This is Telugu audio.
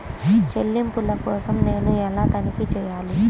చెల్లింపుల కోసం నేను ఎలా తనిఖీ చేయాలి?